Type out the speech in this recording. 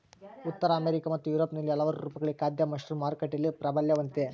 ಉತ್ತರ ಅಮೆರಿಕಾ ಮತ್ತು ಯುರೋಪ್ನಲ್ಲಿ ಹಲವಾರು ರೂಪಗಳಲ್ಲಿ ಖಾದ್ಯ ಮಶ್ರೂಮ್ ಮಾರುಕಟ್ಟೆಯಲ್ಲಿ ಪ್ರಾಬಲ್ಯ ಹೊಂದಿದೆ